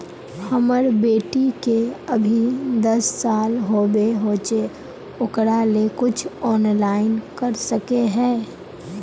हमर बेटी के अभी दस साल होबे होचे ओकरा ले कुछ ऑनलाइन कर सके है?